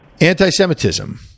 anti-semitism